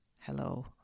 hello